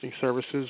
services